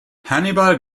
hannibal